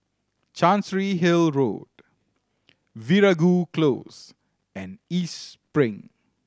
Chancery Hill Road Veeragoo Close and East Spring